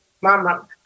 mama